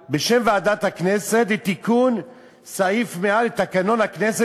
בשם ועדת הכנסת לתיקון סעיף 100 לתקנון הכנסת